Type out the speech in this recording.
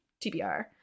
TBR